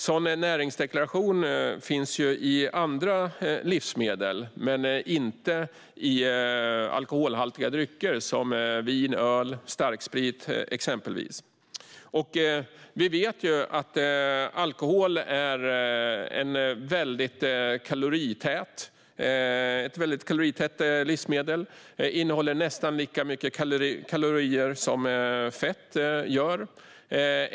Sådan näringsdeklaration finns när det gäller andra livsmedel, men inte när det gäller alkoholhaltiga drycker som vin, öl och starksprit. Vi vet att alkohol är ett väldigt kaloritätt livsmedel. Alkohol innehåller nästan lika mycket kalorier som fett.